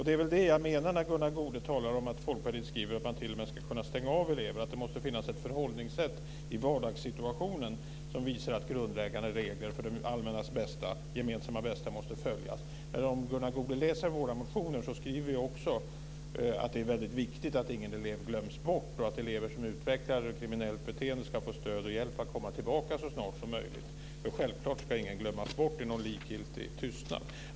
Det är det jag menar när Gunnar Goude talar om att Folkpartiet skriver att man t.o.m. ska kunna stänga av elever, att det måste finnas ett förhållningssätt i vardagssituationen som visar att grundläggande regler för det allmänna gemensamma bästa måste följas. Om Gunnar Goude läser våra motioner ser han att vi också skriver att det är väldigt viktigt att ingen elev glöms bort och att elever som utvecklar ett kriminellt beteende ska få stöd och hjälp att komma tillbaka så snart som möjligt. Självfallet ska ingen glömmas bort i någon likgiltig tystnad.